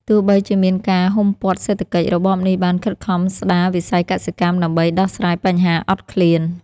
ទោះបីជាមានការហ៊ុមព័ទ្ធសេដ្ឋកិច្ច របបនេះបានខិតខំស្តារវិស័យកសិកម្មដើម្បីដោះស្រាយបញ្ហាអត់ឃ្លាន។